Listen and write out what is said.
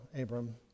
Abram